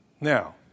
Now